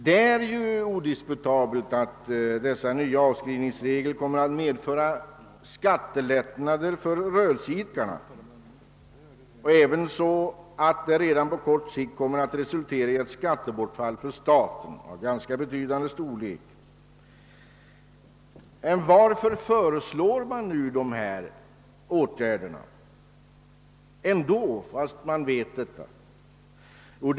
Det är odisputabelt att dessa nya avskrivningsregler kommer att medföra skattelättnader för rörelseidkarna liksom att de på kort sikt kommer att resultera i ett skattebortfall för staten av ganska betydande storlek. Men varför föreslår man ändå dessa åtgärder, fastän man vet vad som blir följden?